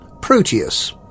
Proteus